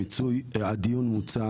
הדיון מוצה.